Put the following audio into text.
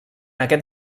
aquest